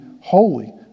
holy